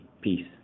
Peace